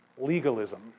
legalism